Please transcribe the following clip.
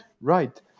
Right